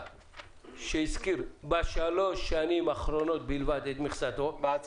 ההצעה להעביר את המכסות שלא נזדקקו להן